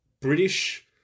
British